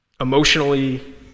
Emotionally